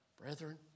Brethren